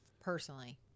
Personally